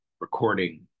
recording